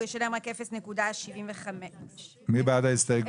הוא ישלם רק 0.75. מי בעד ההסתייגות?